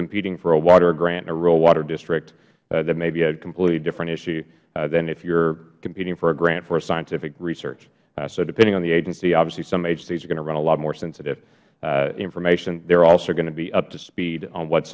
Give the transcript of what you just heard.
competing for a water grant in a rural water district that may be a completely different issue than if you are competing for a grant for scientific research so depending on the agency obviously some agencies are going to run a lot more sensitive information they are also going to be up to speed on what